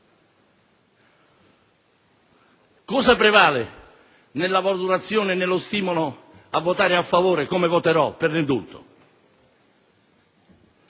cosa prevale nella valutazione e nello stimolo a votare a favore, come farò, dell'indulto?